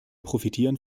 profitieren